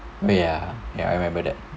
ya ya I remember that